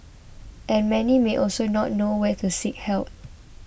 and many may also not know where to seek help